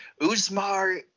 Usmar